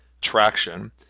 traction